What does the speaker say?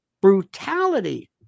brutality